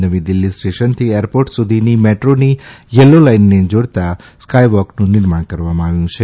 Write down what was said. નવી દિલ્હી સ્ટેશનથી એરપોર્ટ સુધીની મેટ્રોની યલો લાઇનને જોડતાં સ્કાયવોકનું નિર્માણ કરવામાં આવ્યું છે